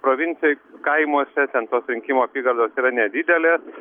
provincijoj kaimuose ten tos rinkimų apygardos yra nedidelės